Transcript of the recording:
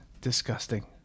Disgusting